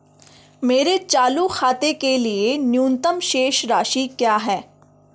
मेरे चालू खाते के लिए न्यूनतम शेष राशि क्या है?